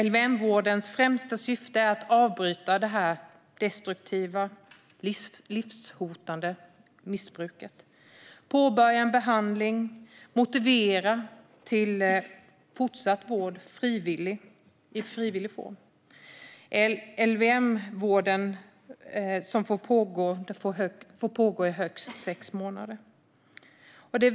LVM-vårdens främsta syfte är att avbryta det destruktiva, livshotande missbruket, påbörja en behandling och motivera till fortsatt vård i frivillig form. LVM-vården får pågå i högst sex månader.